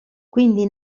quindi